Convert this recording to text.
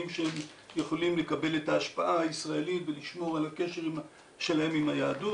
שהם יכולים לקבל את ההשפעה הישראלית ולשמור על הקשר שלהם עם היהדות,